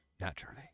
naturally